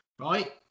right